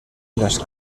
las